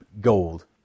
gold